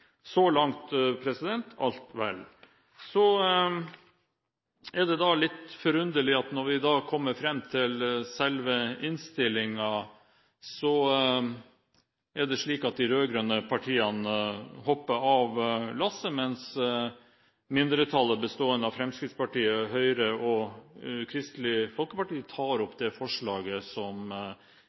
Så langt er alt vel. Så er det litt forunderlig at når vi kommer fram til selve innstillingen, hopper de rød-grønne partiene av lasset, mens mindretallet, bestående av Fremskrittspartiet, Høyre og Kristelig Folkeparti, tar opp det forslaget som